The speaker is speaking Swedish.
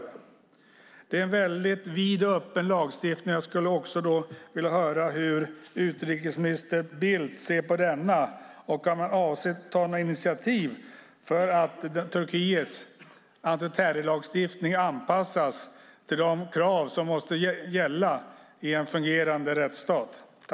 Det handlar alltså om en väldigt vid och öppen lagstiftning, och jag skulle vilja höra hur utrikesminister Bildt ser på denna och om han avser att ta några initiativ för att Turkiets antiterrorlagstiftning anpassas till de krav som måste gälla i en fungerande rättsstat.